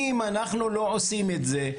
אם אנחנו לא עושים את זה,